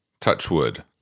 Touchwood